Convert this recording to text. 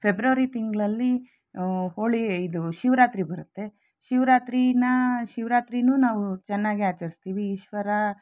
February ತಿಂಗಳಲ್ಲಿ ಹೋಳಿ ಇದು ಶಿವರಾತ್ರಿ ಬರುತ್ತೆ ಶಿವರಾತ್ರೀನ ಶಿವರಾತ್ರಿನೂ ನಾವು ಚೆನ್ನಾಗಿ ಆಚರಿಸ್ತೀವಿ ಈಶ್ವರ